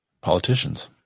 politicians